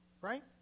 right